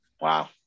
Wow